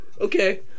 Okay